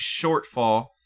shortfall